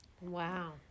Wow